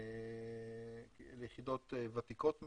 אלה יחידות ותיקות מאוד,